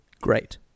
Great